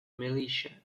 militia